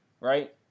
right